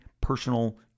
personal